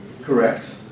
Correct